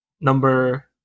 Number